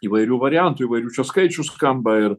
įvairių variantų įvairių čia skaičių skamba ir